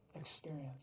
experience